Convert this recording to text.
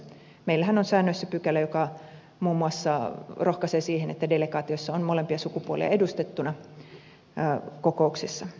meillähän on säännöissä pykälä joka muun muassa rohkaisee siihen että delegaatiossa on molempia sukupuolia edustettuina kokouksissa